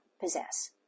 possess